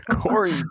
Corey